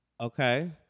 Okay